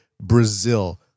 Brazil